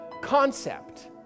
concept